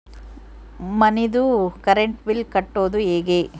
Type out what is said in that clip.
ಮನಿದು current bill ಕಟ್ಟೊದು ಹೇಗೆ?